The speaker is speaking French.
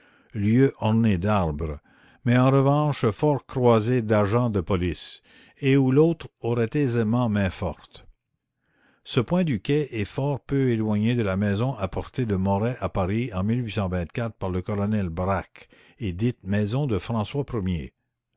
lieu orné d'arbres mais en revanche fort croisé d'agents de police et où l'autre aurait aisément main-forte ce point du quai est fort peu éloigné de la maison apportée de moret à paris en par le colonel brack et dite maison de françois